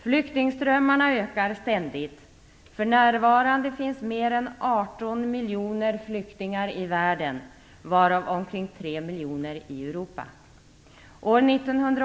Flyktingströmmarna ökar ständigt. För närvarande finns mer än 18 miljoner flyktingar i världen, varav omkring 3 miljoner i Europa.